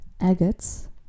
agates